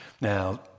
Now